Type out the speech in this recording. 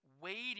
waiting